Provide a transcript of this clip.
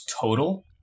total